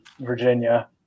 Virginia